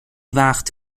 وقت